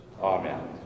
Amen